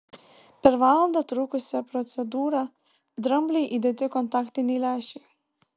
per valandą trukusią procedūrą dramblei įdėti kontaktiniai lęšiai